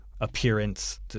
appearance